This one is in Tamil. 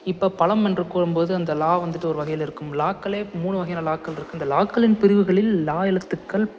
இப்ப பலம் என்று கூறும் போது அந்த லா வந்துட்டு ஒரு வகையில இருக்கும் லாக்களே மூணு வகையான லாக்கள் இருக்கும் இந்த லாக்களின் பிரிவுகளில் லா எழுத்துக்கள்